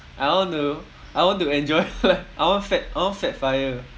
I want to I want to enjoy I want fat I want fat FIRE